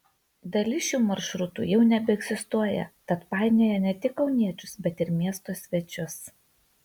dalis šių maršrutų jau nebeegzistuoja tad painioja ne tik kauniečius bet ir miesto svečius